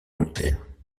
volontaires